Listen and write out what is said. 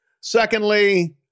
Secondly